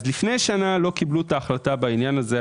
לפני שנה לא קיבלו את ההחלטה בעניין הזה,